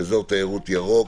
אזור תיירות ירוק),